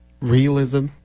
realism